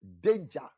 danger